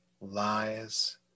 lies